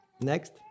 Next